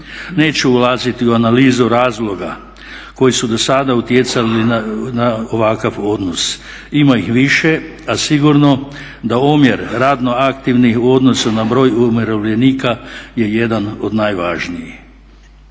Neću ulaziti u analizu razloga koji su do sada utjecali na ovakav odnos. Ima ih više a sigurno da omjer radno aktivnih u odnosu na broj umirovljenika je jedan od najvažnijih.